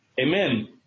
Amen